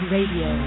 Radio